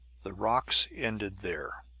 the rocks ended there.